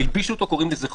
הלבישו אותו וקראו לזה חוק.